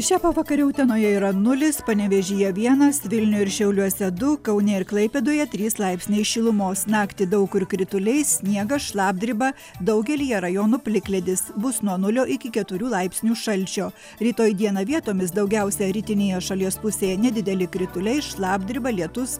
šią pavakarę utenoje yra nulis panevėžyje vienas vilniuje ir šiauliuose du kaune ir klaipėdoje trys laipsniai šilumos naktį daug kur krituliai sniegas šlapdriba daugelyje rajonų plikledis bus nuo nulio iki keturių laipsnių šalčio rytoj dieną vietomis daugiausia rytinėje šalies pusėje nedideli krituliai šlapdriba lietus